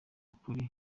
ukuri